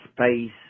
space